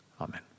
Amen